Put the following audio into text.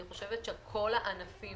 אני חושבת שכל הענפים